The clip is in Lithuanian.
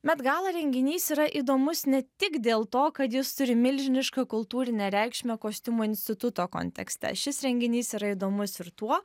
met gala renginys yra įdomus ne tik dėl to kad jis turi milžinišką kultūrinę reikšmę kostiumų instituto kontekste šis renginys yra įdomus ir tuo